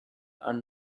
and